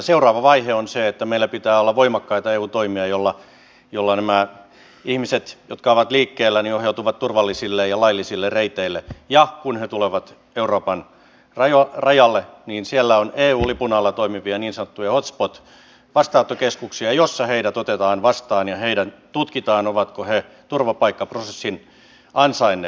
seuraava vaihe on se että meillä pitää olla voimakkaita eu toimia joilla nämä ihmiset jotka ovat liikkeellä ohjautuvat turvallisille ja laillisille reiteille ja kun he tulevat euroopan rajalle niin siellä on eun lipun alla toimivia niin sanottuja hot spot vastaanottokeskuksia joissa heidät otetaan vastaan ja heidät tutkitaan ovatko he turvapaikkaprosessin ansainneet